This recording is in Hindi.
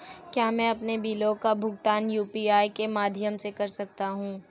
क्या मैं अपने बिलों का भुगतान यू.पी.आई के माध्यम से कर सकता हूँ?